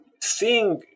seeing